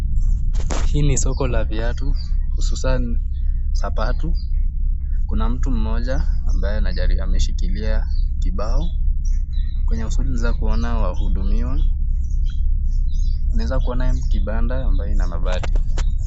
Hii ni soko la viatu, hususan sapatu. Kuna mtu mmoja ambaye ameshikilia kibao kwenye shughuli za kuona wahudumiwa. Naweza kuona kibanda ambayo ina mabati.